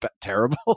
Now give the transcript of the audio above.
terrible